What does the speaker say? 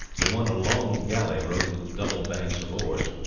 the one a long galley rowed with double banks of oars,